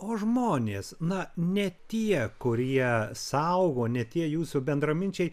o žmonės na ne tie kurie saugo ne tie jūsų bendraminčiai